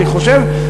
אני חושב,